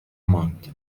ماند